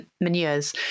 manures